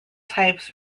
types